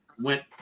went